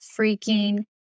freaking